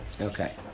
Okay